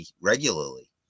regularly